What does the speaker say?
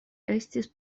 estis